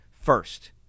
first